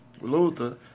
Luther